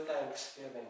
thanksgiving